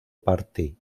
party